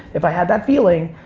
if i had that feeling,